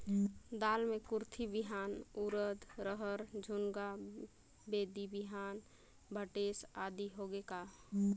दाल मे कुरथी बिहान, उरीद, रहर, झुनगा, बोदी बिहान भटेस आदि होगे का?